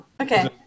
Okay